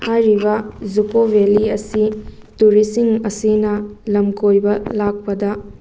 ꯍꯥꯏꯔꯤꯕ ꯖꯨꯀꯣ ꯕꯦꯂꯤ ꯑꯁꯤ ꯇꯨꯔꯤꯁꯁꯤꯡ ꯑꯁꯤꯅ ꯂꯝ ꯀꯣꯏꯕ ꯂꯥꯛꯄꯗ